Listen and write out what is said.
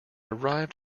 arrived